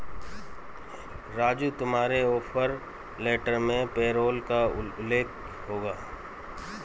राजू तुम्हारे offer letter में payroll का उल्लेख होगा